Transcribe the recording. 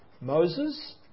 Moses